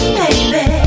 baby